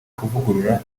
kuvugurura